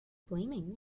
blaming